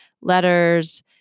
letters